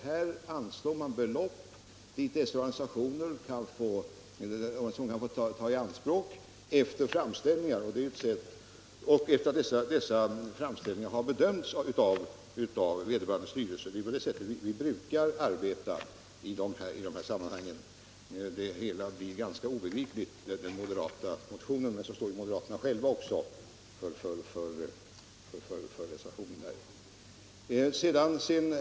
Här anslår man belopp som dessa organisationer kan få ta i anspråk efter framställningar, som bedöms av vederbörande styrelse. Det är på det sättet vi brukar arbeta i de här sammanhangen. Det som står i den moderata motionen är ganska obegripligt, men så står också moderaterna ensamma för reservationen.